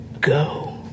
go